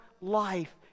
life